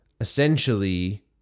essentially